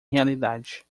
realidade